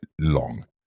long